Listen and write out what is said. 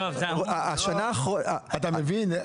השנה האחרונה --- אתה מבין?